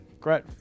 Great